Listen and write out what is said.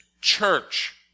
church